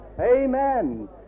Amen